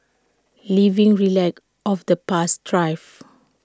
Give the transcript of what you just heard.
living relics of the past thrive